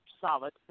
solid